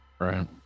Right